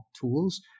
tools